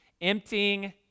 Emptying